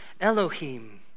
Elohim